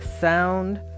Sound